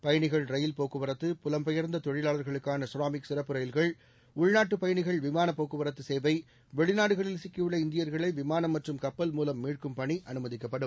பயணிகள் ரயில் போக்குவரத்து புலம்பெயர்ந்த தொழிலாளர்களுக்கான ஷெராமிக் சிறப்பு ரயில்கள் உள்நாட்டு பயணிகள் விமானப் போக்குவரத்து சேவை வெளிநாடுகளில் சிக்கியுள்ள இந்தியர்களை விமானம் மற்றும் கப்பல் மூலம் மீட்கும் பணி அனுமதிக்கப்படும்